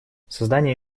создание